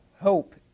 hope